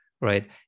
right